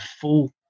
full